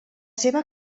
seva